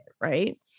right